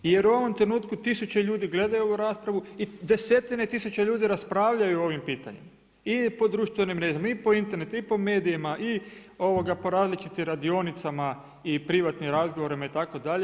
Jer u ovom trenutku tisuće ljudi gledaju ovu raspravu i desetine tisuće ljudi raspravljaju o ovim pitanjima i po društvenim mrežama i po internetu, i po medijima i po različitim radionicama i privatnim razgovorima itd.